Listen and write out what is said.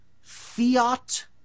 fiat